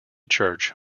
church